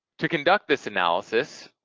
to conduct this analysis,